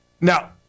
Now